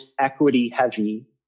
equity-heavy